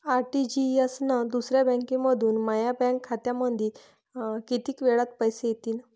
RTGS न दुसऱ्या बँकेमंधून माया बँक खात्यामंधी कितीक वेळातं पैसे येतीनं?